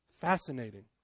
Fascinating